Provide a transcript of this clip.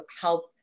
help